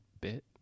bit